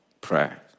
prayer